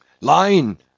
line